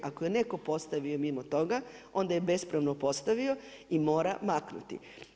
Ako je netko postavio mimo toga, onda je bespravno postavio i mora maknuti.